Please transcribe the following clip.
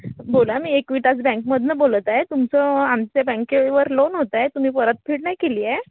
बोला मी एक विकास बँकमधनं बोलत आहे तुमचं आमच्या बँकेवर लोन होतं आहे तुम्ही परतफेड नाही केली आहे